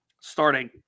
starting